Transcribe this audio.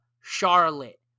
Charlotte